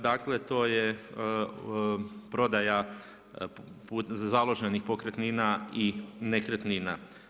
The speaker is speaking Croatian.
Dakle, to je prodaja založenih pokretnina i nekretnina.